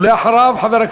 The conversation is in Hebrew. ואחריו חבר,